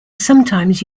sometimes